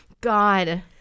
God